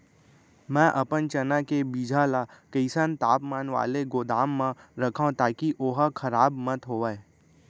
मैं अपन चना के बीजहा ल कइसन तापमान वाले गोदाम म रखव ताकि ओहा खराब मत होवय?